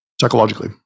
psychologically